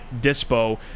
Dispo